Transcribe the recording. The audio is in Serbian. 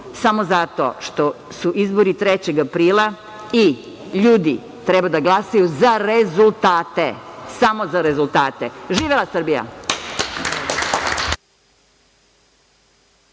samo zato što su izbori 3. aprila i ljudi treba da glasaju za rezultate, samo za rezultate. Živela Srbija!